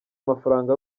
amafaranga